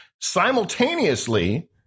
simultaneously